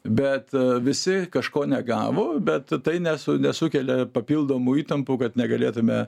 bet visi kažko negavo bet tai ne su nesukelia papildomų įtampų kad negalėtume